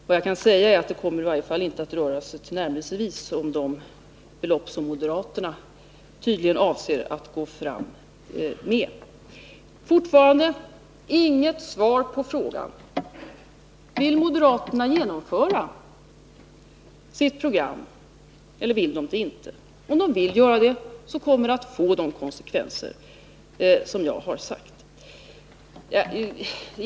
Vad jag kan säga är att det i varje fall inte kommer att röra sig om tillnärmelsevis de belopp som moderaterna tydligen avser att gå fram med. Fortfarande inget svar på frågan: Vill moderaterna genomföra sitt program eller vill de inte? Om det genomfördes skulle det få de konsekvenser som jag har talat om.